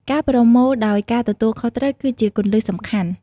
ការប្រមូលដោយការទទួលខុសត្រូវគឺជាគន្លឹះសំខាន់។